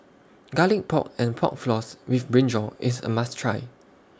Garlic Pork and Pork Floss with Brinjal IS A must Try